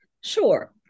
Sure